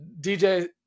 DJ